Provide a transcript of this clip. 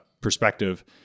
perspective